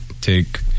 take